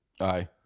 Aye